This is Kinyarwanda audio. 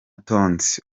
tonzi